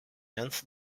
ends